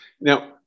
Now